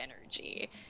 energy